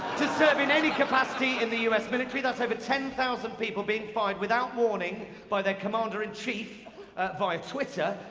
to serve in any capacity in the us military. that's over ten thousand people being fired without warning by their commander in chief via twitter.